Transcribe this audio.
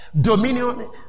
dominion